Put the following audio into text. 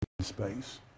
space